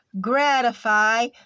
gratify